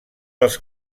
els